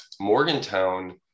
Morgantown